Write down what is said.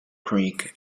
creek